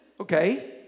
Okay